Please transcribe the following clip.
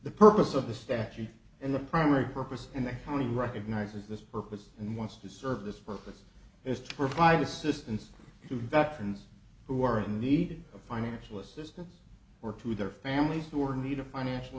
the purpose of the statute and the primary purpose and the honey recognizes this purpose and wants to serve this purpose is to provide assistance to veterans who are in need of financial assistance or to their families who are needed financial